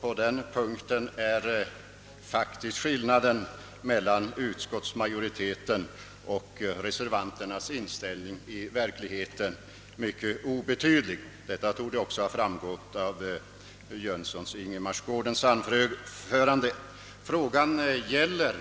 På den punkten är skillnaden mellan utskottsmajoritetens och reservanternas inställning i verkligheten mycket obetydlig. Detta torde också ha framgått av herr Jönssons i Ingemarsgården anförande. Frågan gäller